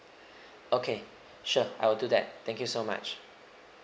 okay sure I'll do that thank you so much